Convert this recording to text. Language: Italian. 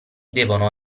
devono